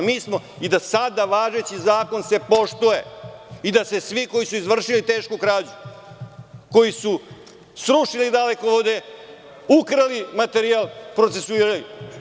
Mi smo da se i sada važeći zakon poštuje i da se svi koji su izvršili tešku krađu, koji su srušili dalekovode, ukrali materijal, procesuiraju.